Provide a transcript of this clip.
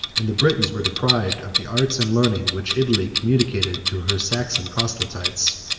and the britons were deprived of the art and learning which italy communicated to her saxon proselytes.